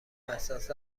احساس